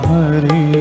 Hari